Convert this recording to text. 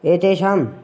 एतेषाम्